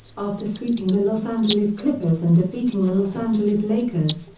after sweeping the los angeles clippers and defeating the los angeles lakers,